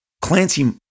Clancy